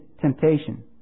temptation